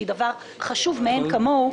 שזה דבר חשוב מעין כמוהו,